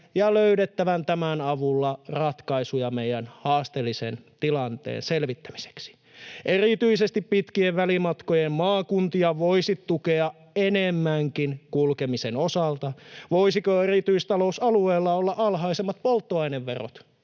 löydettävän ratkaisuja meidän haasteellisen tilanteen selvittämiseksi. Erityisesti pitkien välimatkojen maakuntia voisi tukea enemmänkin kulkemisen osalta. Voisiko erityistalousalueella olla alhaisemmat polttoaineverot,